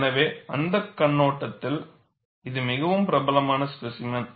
எனவே அந்த கண்ணோட்டத்தில் இது மிகவும் பிரபலமான ஸ்பேசிமென்